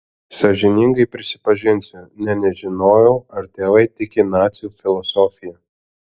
sąžiningai prisipažinsiu nė nežinojau ar tėvai tiki nacių filosofija